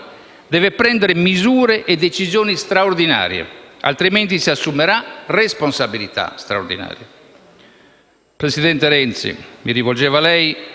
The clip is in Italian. deve prendere misure e decisioni straordinarie, altrimenti si assumerà responsabilità straordinarie.